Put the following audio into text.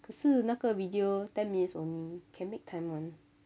可是那个 video ten minutes only can make time [one]